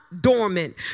dormant